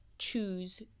choose